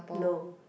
no